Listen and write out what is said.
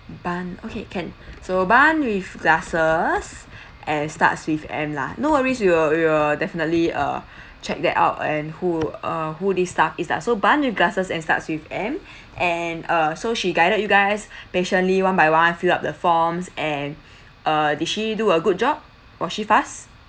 bun okay can so bun with glasses and starts with M lah no worries we'll we'll definitely uh check that out and who uh who this staff is lah so bun with glasses and starts with M and uh so she guided you guys patiently one by one fill up the forms and uh did she do a good job was she fast